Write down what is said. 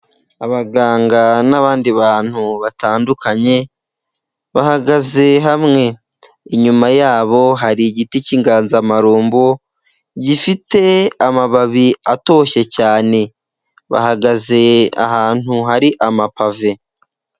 Abaganga n'abandi bantu batandukanye bahagaze hamwe inyuma yabo hari igiti cy'inganzamarumbo, gifite amababi atoshye cyane bahagaze ahantu hari amapave.